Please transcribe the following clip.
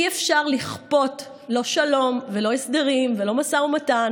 אי-אפשר לכפות לא שלום ולא הסדרים ולא משא ומתן